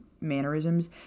mannerisms